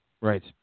Right